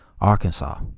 Arkansas